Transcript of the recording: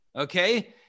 okay